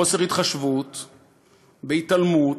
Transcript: בחוסר התחשבות ובהתעלמות.